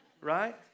Right